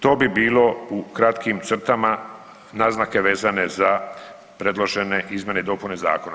To bi bilo u kratkim crtama naznake vezane za predložene izmjene i dopune zakona.